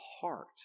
heart